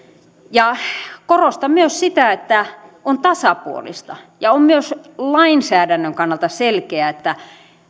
korostan myös sitä että on tasapuolista ja on myös lainsäädännön kannalta selkeää että